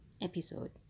episode